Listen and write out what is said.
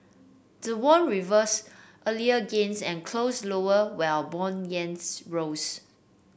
the won reversed earlier gains and closed lower while bond yields rose